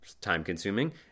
time-consuming